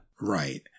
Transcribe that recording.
Right